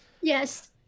Yes